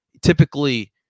typically